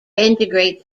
integrate